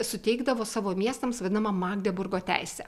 suteikdavo savo miestams vadinamą magdeburgo teisę